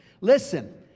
Listen